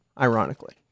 ironically